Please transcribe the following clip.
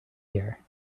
here